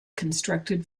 constructed